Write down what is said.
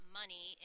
money